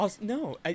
No